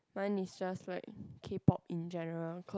my is just like K-Pop in general cause